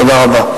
תודה רבה.